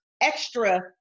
extra